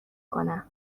کنم